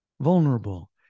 vulnerable